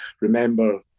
remember